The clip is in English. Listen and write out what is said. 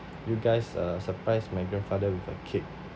you guys uh surprise my grandfather with a cake